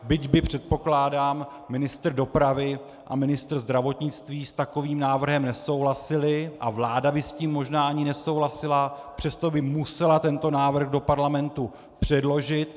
Byť by, předpokládám, ministr dopravy a ministr zdravotnictví s takovým návrhem nesouhlasili a vláda by s tím možná ani nesouhlasila, přesto by musela tento návrh do Parlamentu předložit.